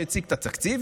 שהציג את התקציב,